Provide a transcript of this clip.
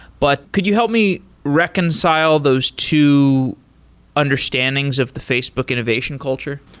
but could you help me reconcile those two understandings of the facebook innovation culture?